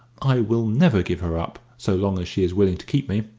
i will never give her up, so long as she is willing to keep me.